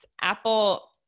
Apple